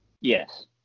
Yes